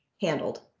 handled